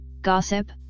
gossip